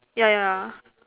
yeah yeah